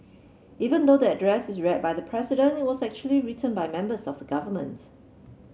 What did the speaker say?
even though the address is read by the President it was actually written by members of government